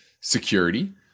security